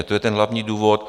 To je ten hlavní důvod.